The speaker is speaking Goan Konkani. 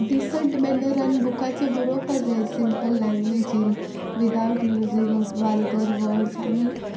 डिसंट मॅनरान बुकाचे बरोवपा जाय सिंपल लँग्वेजीन विदआउट यूजींग वालगर वर्ड्स आमी